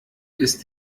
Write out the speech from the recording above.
ist